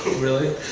really,